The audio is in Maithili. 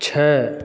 छओ